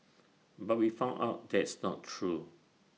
but we found out that's not true